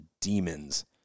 demons